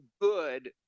good